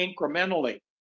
incrementally